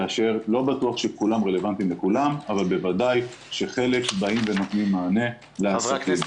כאשר לא בטוח שכולם רלבנטיים לכולם אבל בוודאי שחלק נותנים מענה לעסקים.